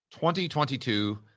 2022